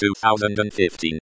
2015